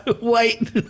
wait